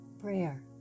prayer